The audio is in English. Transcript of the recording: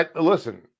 Listen